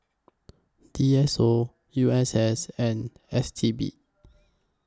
D S O U S S and S T B